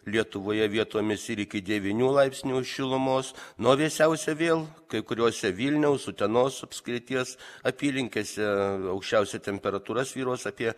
lietuvoje vietomis ir iki devynių laipsnių šilumos na o vėsiausia vėl kai kuriuose vilniaus utenos apskrities apylinkėse aukščiausia temperatūra svyruos apie